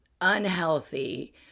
unhealthy